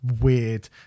weird